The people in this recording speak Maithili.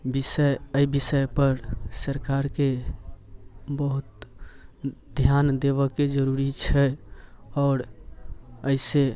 विषय अइ विषयपर सरकारके बहुत ध्यान देबऽके जरुरी छै आओर अइ सँ